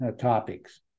topics